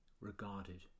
regarded